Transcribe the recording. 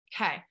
Okay